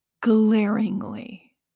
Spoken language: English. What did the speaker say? glaringly